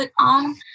on